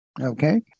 okay